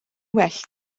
well